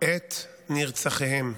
את נרצחיהם,